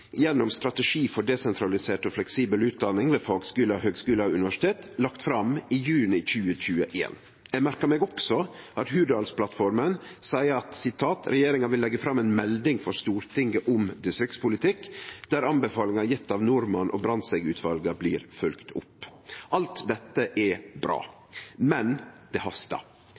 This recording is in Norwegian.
gjennom «Strategi for desentralisert og fleksibel utdanning ved fagskoler, høyskoler og universiteter», lagt fram i juni 2021. Eg merka meg også at Hurdalsplattforma seier: «Regjeringen vil legge frem en melding for Stortinget om distriktspolitikk, der anbefalinger gitt av Norman- og Brandtzæg-utvalgene blir fulgt opp.» Alt dette er bra, men det